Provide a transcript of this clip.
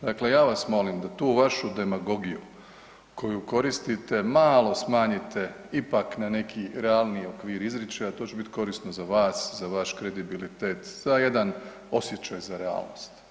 Dakle, ja vas molim da tu vašu demagogiju koristite malo smanjite ipak na neki realniji okvir izričaja, to će biti korisno za vas, za vaš kredibilitet, za jedan osjećaj za realnost.